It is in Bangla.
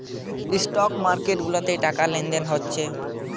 স্টক মার্কেট গুলাতে টাকা লেনদেন হচ্ছে